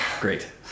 great